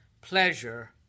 pleasure